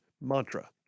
mantra